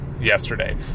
yesterday